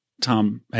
Tom